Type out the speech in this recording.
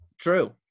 True